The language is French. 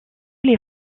les